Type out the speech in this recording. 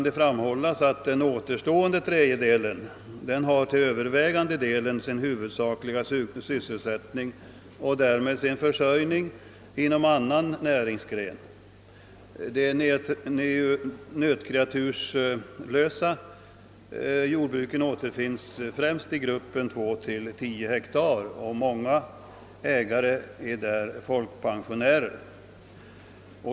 Den återstående tredjedelen har till övervägande del sin huvudsakliga sysselsättning och därmed sin försörjning inom annan näringsgren. De nötkreaturslösa jordbruken återfinns främst i gruppen 2—10 hektar, och många av ägarna är folkpensionärer.